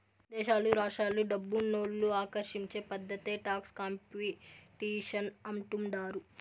దేశాలు రాష్ట్రాలు డబ్బునోళ్ళు ఆకర్షించే పద్ధతే టాక్స్ కాంపిటీషన్ అంటుండారు